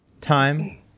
Time